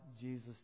Jesus